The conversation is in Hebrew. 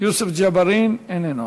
יוסף ג'בארין איננו,